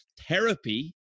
Therapy